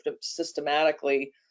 systematically